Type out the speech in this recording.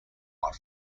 are